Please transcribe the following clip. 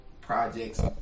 projects